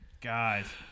Guys